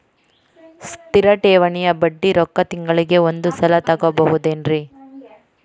ಸ್ಥಿರ ಠೇವಣಿಯ ಬಡ್ಡಿ ರೊಕ್ಕ ತಿಂಗಳಿಗೆ ಒಂದು ಸಲ ತಗೊಬಹುದೆನ್ರಿ?